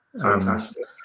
Fantastic